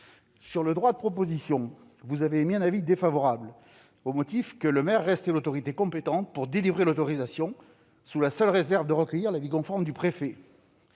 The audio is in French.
Sur le droit de proposition, madame la ministre, vous avez émis un avis défavorable au motif que le maire restait l'autorité compétente pour délivrer l'autorisation, sous la seule réserve de recueillir l'avis conforme du préfet.